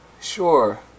sure